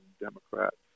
Democrats